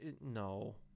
no